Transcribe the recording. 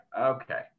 okay